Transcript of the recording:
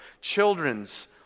children's